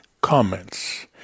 comments